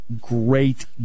great